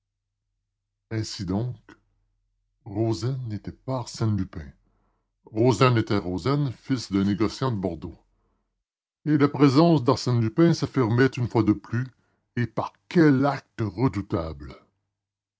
donc rozaine n'était plus arsène lupin rozaine était rozaine fils d'un négociant de bordeaux et la présence d'arsène lupin s'affirmait une fois de plus et par quel acte redoutable